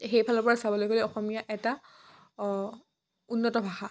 সেইফালৰ পৰা চাবলৈ গ'লে অসমীয়া এটা উন্নত ভাষা